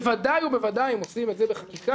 בוודאי ובוודאי אם עושים את זה בחקיקה